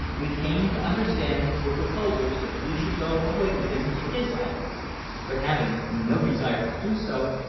we came to understand were proposals that we should go away with him to his island but having no desire to do so,